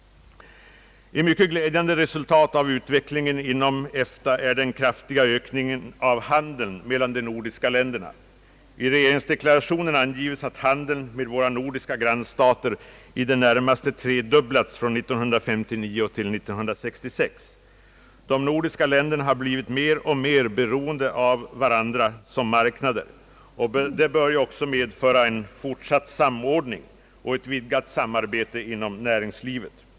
Ett mycket glädjande resultat av utvecklingen inom EFTA är den kraftiga ökningen av handeln mellan de nordiska länderna. I regeringsdeklarationen angives att handeln med våra nordiska grannstater i det närmaste tredubblats från 1959 till 1966. De nordiska länderna har blivit mer och mer beroende av varandra som marknader och det bör ju också medföra en fortsatt samordning och ett vidgat samarbete inom näringslivet.